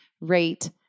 rate